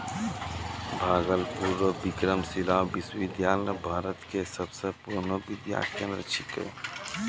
भागलपुर रो विक्रमशिला विश्वविद्यालय भारत के सबसे पुरानो विद्या केंद्र छिकै